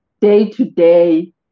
day-to-day